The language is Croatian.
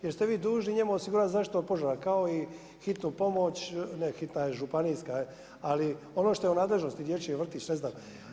Jer ste vi dužni njemu osigurati zaštitu od požara kao i hitnu pomoć, ne hitna je županijska, ali ono što je u nadležnosti, dječji vrtić, ne znam.